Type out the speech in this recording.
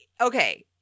okay